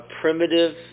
primitive